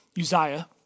Uzziah